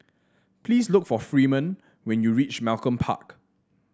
please look for Freeman when you reach Malcolm Park